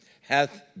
hath